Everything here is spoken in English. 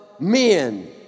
Men